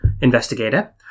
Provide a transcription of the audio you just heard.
Investigator